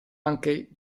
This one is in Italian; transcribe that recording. anche